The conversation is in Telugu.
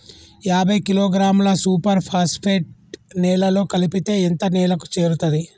యాభై కిలోగ్రాముల సూపర్ ఫాస్ఫేట్ నేలలో కలిపితే ఎంత నేలకు చేరుతది?